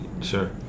sure